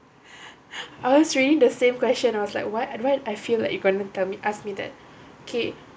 was reading the same question I was like what I feel like you gonna tell me ask me that k